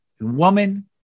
woman